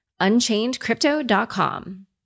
UnchainedCrypto.com